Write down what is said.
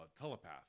telepath